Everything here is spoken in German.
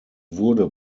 wurde